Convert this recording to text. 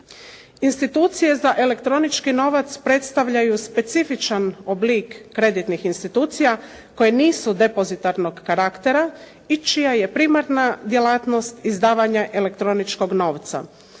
Institucije za elektronički novac predstavljaju specifičan oblik kreditnih institucija koje nisu depozitarnog karaktera i čija je primarna djelatnost izdavanje elektroničkog novca.